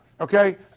okay